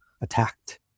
attacked